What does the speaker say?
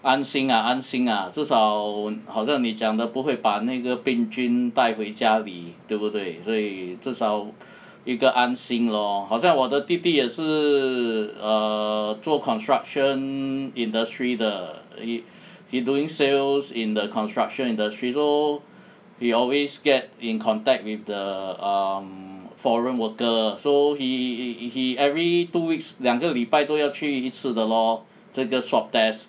安心安心 ah 至少好像你讲的不会把那个病菌带回家里对不对所以至少 一个安心 lor 好像我的弟弟也是 err 做 construction industry 的 he he doing sales in the construction industry so we always get in contact with the um foreign worker so he he he every two weeks 两个礼拜都要去一次的 lor 这个 swab test